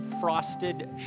frosted